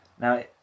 Now